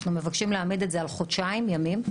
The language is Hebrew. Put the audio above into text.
אנחנו מבקשים להעמיד את זה על חודשיים ימים.